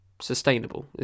sustainable